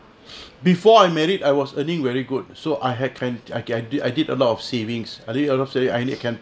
before I married I was earning very good so I had pan I I did I did a lot of savings I did a lot of savings I can